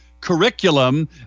curriculum